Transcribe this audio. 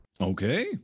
okay